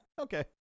okay